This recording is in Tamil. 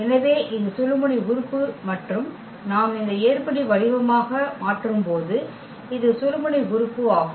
எனவே இது சுழுமுனை உறுப்பு மற்றும் நாம் இந்த ஏறுபடி வடிவமாக மாற்றும்போது இது சுழுமுனை உறுப்பு ஆகும்